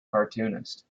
cartoonist